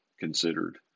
considered